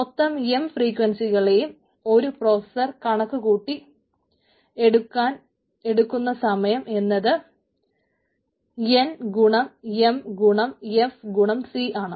മൊത്തം എം ഫ്രീക്വൻസികളെയും ഒരു പ്രോസ്സസർ കണക്കു കൂട്ടി എടുക്കാൻ എടുക്കുന്ന സമയം എന്നത് എൻ ഗുണം എം ഗുണം എഫ് ഗുണം സി ആണ്